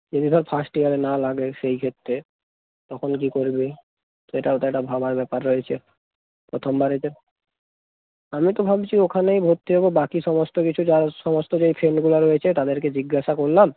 যদি ধর ফার্স্ট ইয়ারে না লাগে সেই ক্ষেত্রে তখন কী করবি সেটাও তো একটা ভাবার ব্যাপার রয়েছে প্রথম বারেতে আমি তো ভাবছি ওখানেই ভর্তি হবো বাকি সমস্ত কিছু যা সমস্ত যেই ফ্রেন্ডগুলো রয়েছে তাদেরকে জিজ্ঞাসা করলাম